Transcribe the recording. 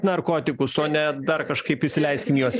narkotikus o ne dar kažkaip įsileiskim juos